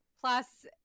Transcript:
plus